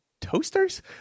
toasters